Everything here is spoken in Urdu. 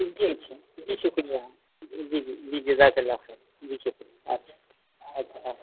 جی اچھا جی شُکریہ جی جی جی جزاک اللہ خیر جی شُکریہ اچھا اچھا اچھا